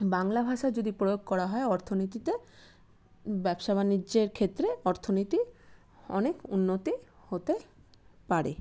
বাংলা ভাষা যদি প্রয়োগ করা হয় অর্থনীতিতে ব্যবসা বাণিজ্যের ক্ষেত্রে অর্থনীতি অনেক উন্নতি হতে পারে